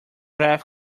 graph